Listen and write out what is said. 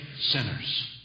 sinners